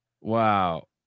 Wow